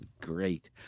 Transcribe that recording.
Great